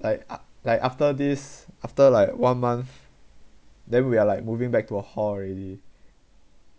like a~ like after this after like one month then we are like moving back to a hall already